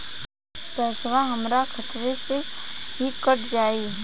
पेसावा हमरा खतवे से ही कट जाई?